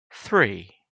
three